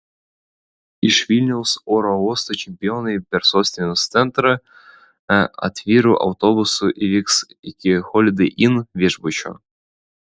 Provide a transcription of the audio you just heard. iš vilniaus oro uosto čempionai per sostinės centrą atviru autobusu vyks iki holidei inn viešbučio